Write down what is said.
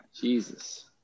Jesus